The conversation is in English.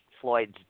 floyd's